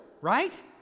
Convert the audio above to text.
right